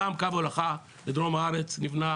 פעם קו הולכה לדרום הארץ נבנה